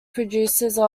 producer